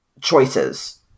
choices